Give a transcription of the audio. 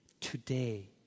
today